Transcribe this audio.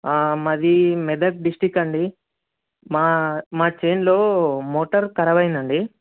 మాది మెదక్ డిస్టిక్ అండి మా మా చేనులో మోటర్ ఖరాబ్ అయిందండి